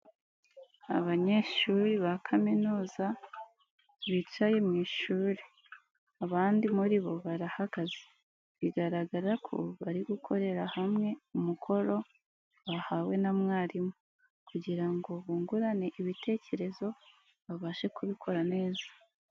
Abanyeshuri ba kaminuza bicaye mu ishuri abandi muri bo barahagaze bigaragara ko bari gukorera hamwe umukoro bahawe na mwarimu kugira ngo bungurane ibitekerezo babashe kubikora neza.